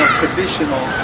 traditional